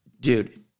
Dude